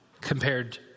compared